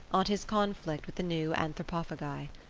on his conflict with the new anthropophagi.